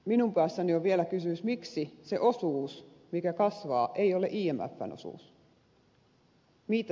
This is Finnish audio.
minun päässäni on vielä kysymys miksi se osuus mikä kasvaa ei ole imfn osuus